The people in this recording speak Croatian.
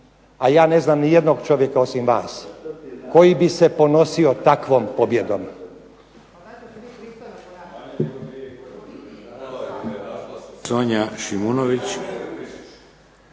a ja ne znam ni jednog čovjeka osim vas koji bi se ponosio takvom pobjedom.